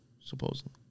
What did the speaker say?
supposedly